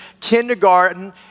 kindergarten